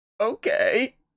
okay